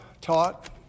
taught